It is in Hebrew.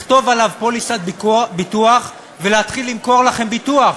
לכתוב עליו "פוליסת ביטוח" ולהתחיל למכור לכם ביטוח.